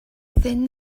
thin